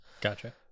Gotcha